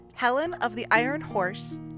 helenoftheironhorse